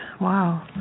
wow